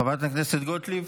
חברת הכנסת גוטליב,